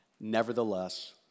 Nevertheless